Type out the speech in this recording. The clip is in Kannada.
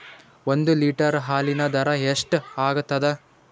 ಒಂದ್ ಲೀಟರ್ ಹಾಲಿನ ದರ ಎಷ್ಟ್ ಆಗತದ?